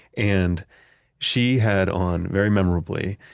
and she had on, very memorably,